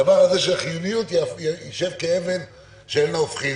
החיוניות תשב כאבן שאין לה הופכין,